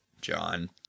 John